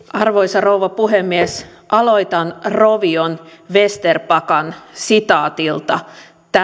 arvoisa rouva puhemies aloitan rovion vesterbackan sitaatilla